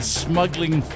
smuggling